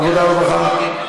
עבודה ורווחה.